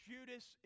Judas